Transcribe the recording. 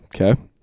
Okay